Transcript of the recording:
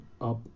up